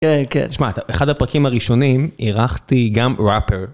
כן, כן, תשמע, אחד הפרקים הראשונים, אירחתי גם ראפר.